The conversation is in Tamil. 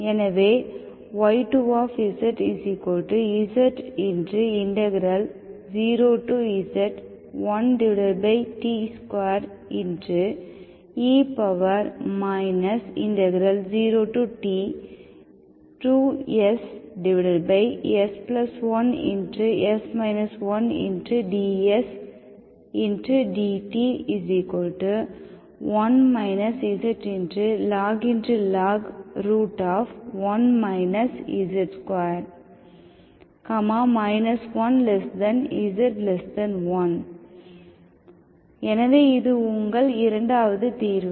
எனவே y2zz0z1t2e 0t2ss1s 1dsdt1 zlog 1 z2 1z1 எனவே இது உங்கள் 2வது தீர்வு